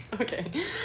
Okay